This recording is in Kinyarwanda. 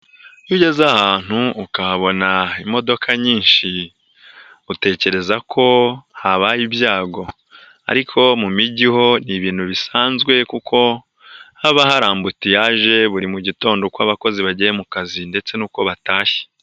Iyo ugeze ahantu ukahabona imodoka nyinshi utekereza ko habaye ibyago, ariko mu mijyi ho ni ibintu bisanzwe kuko haba hari ambutiyaje buri mu gitondo uko abakozi bagiye mu kazi ndetse n'uko batashye.